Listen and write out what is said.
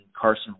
Carson